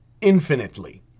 infinitely